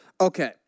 Okay